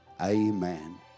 Amen